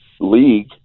league